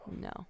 No